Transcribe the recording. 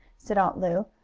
said aunt lu,